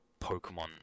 Pokemon